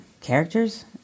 characters